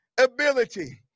Ability